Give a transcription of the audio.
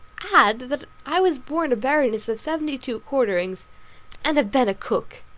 add that i was born a baroness of seventy-two quarterings and have been a cook!